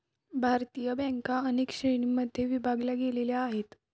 भारतीय बँका अनेक श्रेणींमध्ये विभागल्या गेलेल्या आहेत